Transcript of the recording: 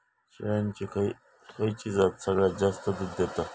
शेळ्यांची खयची जात सगळ्यात जास्त दूध देता?